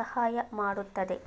ಸಹಾಯ ಮಾಡುತ್ತದೆ